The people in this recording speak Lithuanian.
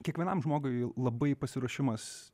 kiekvienam žmogui labai pasiruošimas